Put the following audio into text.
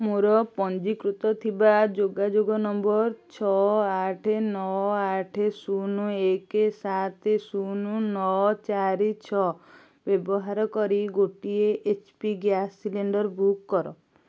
ମୋର ପଞ୍ଜୀକୃତ ଥିବା ଯୋଗାଯୋଗ ନମ୍ବର ଛଅ ଆଠ ନଅ ଆଠ ଶୂନ ଏକ ସାତ ଶୂନ ନଅ ଚାରି ଛଅ ବ୍ୟବାହାର କରି ଗୋଟିଏ H P gas cylinder book କର